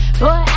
boy